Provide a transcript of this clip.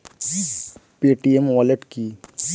Paytm wallet কি?